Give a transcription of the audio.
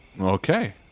Okay